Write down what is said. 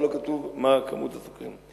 אבל לא כתוב מה כמות הסוכרים.